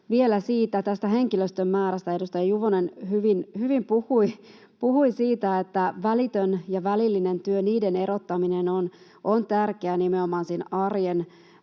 vielä henkilöstön määrästä. Edustaja Juvonen hyvin puhui siitä, että välittömän ja välillisen työn erottaminen on tärkeää nimenomaan